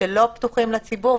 שלא פתוחים לציבור,